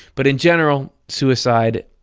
but in general, suicide,